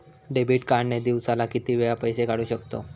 Debit card ने दिवसाला किती वेळा पैसे काढू शकतव?